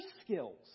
skills